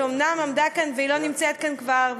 שאומנם עמדה כאן והיא לא נמצאת כאן כבר,